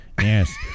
yes